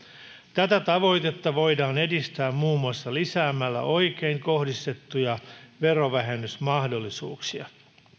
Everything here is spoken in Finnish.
tätä tavoitetta voidaan edistää muun muassa lisäämällä oikein kohdistettuja verovähennysmahdollisuuksia